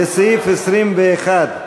לסעיף 21,